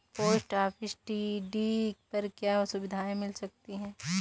Post office TD पर क्या सुविधाएँ मिल सकती है?